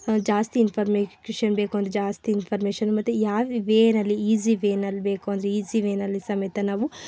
ಜಾಸ್ತಿ ಇನ್ಫಾರ್ಮೇಷನ್ ಬೇಕು ಅಂದೆ ಜಾಸ್ತಿ ಇನ್ಫಾರ್ಮೇಷನ್ ಮತ್ತೆ ಯಾವ ವೇನಲ್ಲಿ ಈಝೀ ವೇನಲ್ಲಿ ಬೇಕು ಅಂದು ಈಝೀ ವೇನಲ್ಲಿ ಸಮೇತ ನಾವು